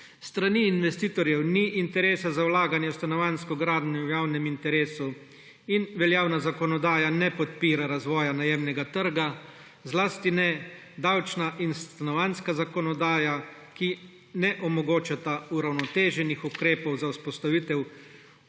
strani investitorjev ni interesa za vlaganje v stanovanjsko gradnjo v javnem interesu in veljavna zakonodaja ne podpira razvoja najemnega trga, zlasti ne davčna in stanovanjska zakonodaja, ki ne omogočata uravnoteženih ukrepov za vzpostavitev